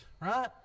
right